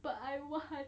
but I want